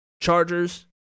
Chargers